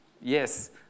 yes